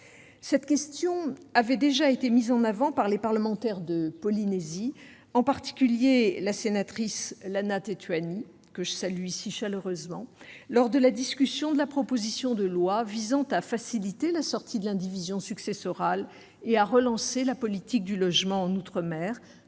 Cette question avait déjà été mise en avant par les parlementaires de Polynésie, en particulier la sénatrice Lana Tetuanui, que je salue ici chaleureusement, lors de la discussion, en 2018, de la proposition de loi visant à faciliter la sortie de l'indivision successorale et à relancer la politique du logement en outre-mer,